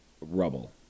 rubble